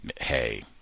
Hey